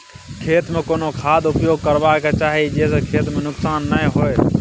खेत में कोन खाद उपयोग करबा के चाही जे स खेत में नुकसान नैय होय?